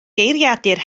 geiriadur